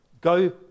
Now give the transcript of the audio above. go